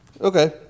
Okay